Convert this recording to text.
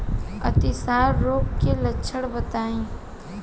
अतिसार रोग के लक्षण बताई?